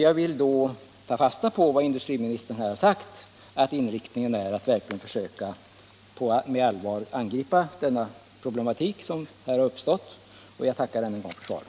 Jag tar fasta på vad industriministern har sagt, nämligen att man verkligen med allvar skall angripa de problem som här har uppstått. Jag tackar ännu en gång för svaret.